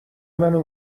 منو